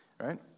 right